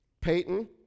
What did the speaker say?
Peyton